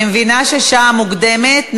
אני מבינה שהשעה מוקדמת,